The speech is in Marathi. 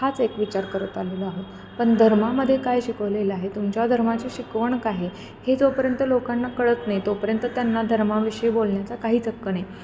हाच एक विचार करत आलेलो आहो पण धर्मामध्ये काय शिकवलेलं आहे तुमच्या धर्माचे शिकवण का आहे हे जोपर्यंत लोकांना कळत नाही तोपर्यंत त्यांना धर्माविषयी बोलण्याचा काहीच हक्क नाही